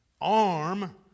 arm